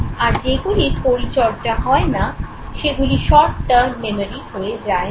আর যেগুলির পরিচর্যা হয় না সেগুলি শর্ট টার্ম মেমোরি হয়ে যায় না